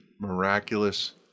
miraculous